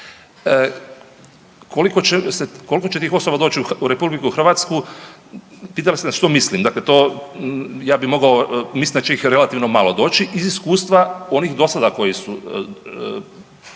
Koliko će tih osoba doći u RH pitali ste što mislim, dakle to ja bi mogao mislim da će ih relativno malo doći iz iskustva onih do sada koji su